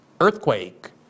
earthquake